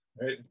right